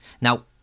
Now